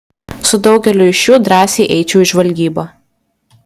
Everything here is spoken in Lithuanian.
su daugeliu iš jų drąsiai eičiau į žvalgybą